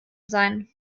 sein